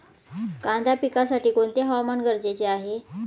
कांदा पिकासाठी कोणते हवामान गरजेचे आहे?